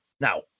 Now